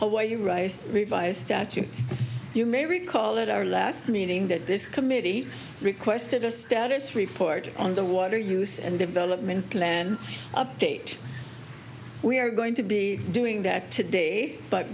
write revised statutes you may recall that our last meeting that this committee requested a status report on the water use and development plan update we are going to be doing that today but